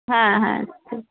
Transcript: হ্যাঁ হ্যাঁ আচ্ছা